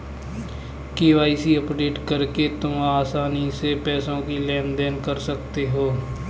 KYC update करके तुम आसानी से पैसों का लेन देन कर सकते हो